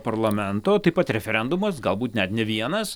parlamento taip pat referendumas galbūt net ne vienas